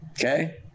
Okay